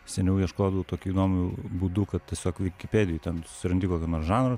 seniau ieškodavau tokiu įdomiu būdu kad tiesiog vikipedijoj ten susirandi kokį nors žanrą